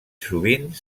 sovint